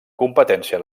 competència